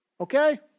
Okay